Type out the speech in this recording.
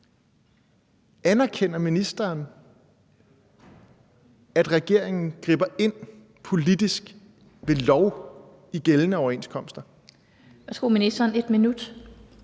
Anerkender ministeren, at regeringen griber ind politisk ved lov i gældende overenskomster?